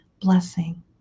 blessing